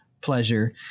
pleasure